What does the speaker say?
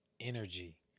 energy